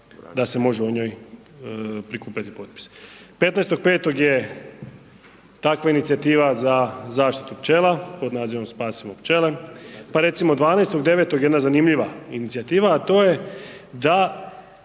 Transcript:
da se može o njoj prikupljati potpisi. 15.5. je takva inicijativa za zaštitu pčela pod nazivom „Spasimo pčele“, pa recimo 12.9. jedna zanimljiva inicijativa, a to je da